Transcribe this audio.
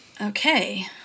okay